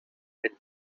milk